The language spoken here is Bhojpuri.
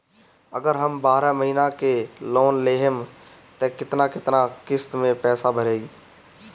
अगर हम बारह महिना के लोन लेहेम त केतना केतना किस्त मे पैसा भराई?